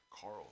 Carl